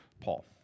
Paul